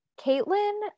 Caitlin